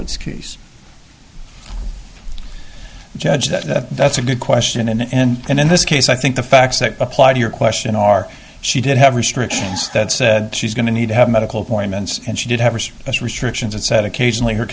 it's case judge that that's a good question and in this case i think the facts that apply to your question are she did have restrictions that said she's going to need to have medical appointments and she did have less restrictions and said occasionally her